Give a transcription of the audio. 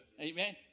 Amen